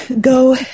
go